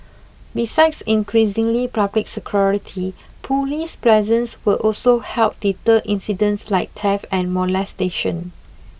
besides increasingly public security police presence will also help deter incidents like theft and molestation